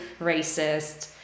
racist